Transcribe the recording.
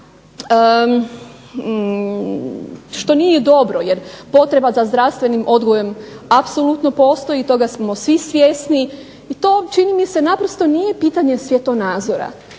što nije dobro. Jer potreba za zdravstvenim odgojem apsolutno postoji i toga smo svi svjesni. I to čini mi se naprosto nije pitanje svjetonazora